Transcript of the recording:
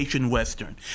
western